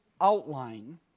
outline